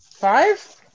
five